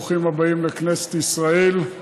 ברוכים הבאים לכנסת ישראל.